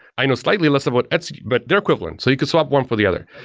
i know slightly less of what etcd, but they're equivalent. so you could swap one for the other.